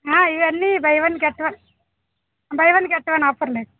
ఆ ఇవన్నీ buy one get one buy one get one ఆఫర్లే